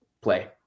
play